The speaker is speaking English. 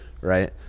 right